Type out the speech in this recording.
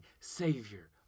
Savior